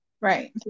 right